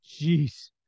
Jeez